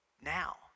now